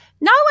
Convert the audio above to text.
no